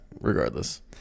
regardless